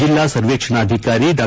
ಜಿಲ್ಲಾ ಸರ್ವೇಕ್ಷಣಾಧಿಕಾರಿ ಡಾ